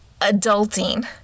adulting